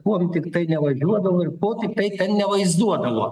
kuom tiktai nevažiuodavo ir ko tiktai nevaizduodavo